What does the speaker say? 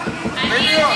החוק.